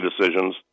decisions